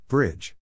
Bridge